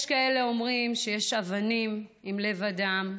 יש כאלה שאומרים שיש אבנים עם לב אדם,